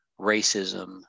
racism